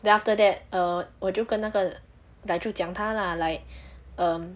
then after that err 我就跟那个 like 就讲她 lah like um